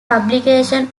publication